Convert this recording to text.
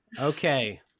Okay